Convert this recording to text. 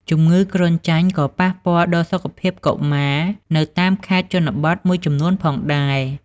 ជំងឺគ្រុនចាញ់ក៏ប៉ះពាល់ដល់សុខភាពកុមារនៅតាមខេត្តជនបទមួយចំនួនផងដែរ។